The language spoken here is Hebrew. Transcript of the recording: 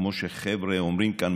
כמו שהחבר'ה אומרים כאן,